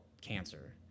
cancer